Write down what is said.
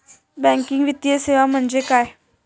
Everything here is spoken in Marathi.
बँकिंग वित्तीय सेवा म्हणजे काय?